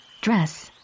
dress